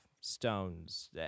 Stones